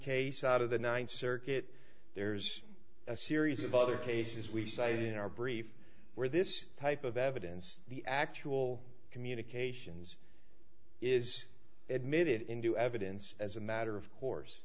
case out of the ninth circuit there's a series of other cases we say in our brief where this type of evidence the actual communications is admitted into evidence as a matter of course